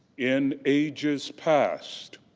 in ages past.